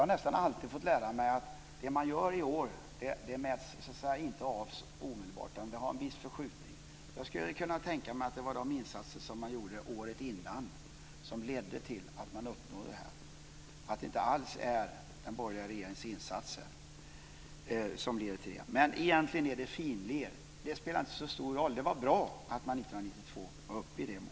Jag har alltid fått höra att det man gör i år inte kan mätas omedelbart utan har en viss förskjutning. Jag skulle kunna tänka mig att det var de insatser som gjordes året innan som ledde till att man uppnådde denna nivå, inte alls den borgerliga regeringens insatser. Men egentligen är detta finlir. Det spelar inte så stor roll. Det var bra att man 1992 var uppe på den nivån.